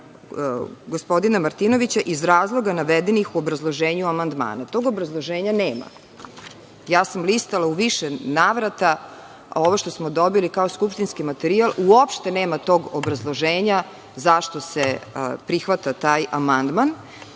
gospodina Martinovića iz razloga navedenih u obrazloženju amandmana. Tog obrazloženja nema. Ja sam listala u više navrata, a ovo što smo dobili kao skupštinski materijal uopšte nema tog obrazloženja zašto se prihvata taj amandman. Stoga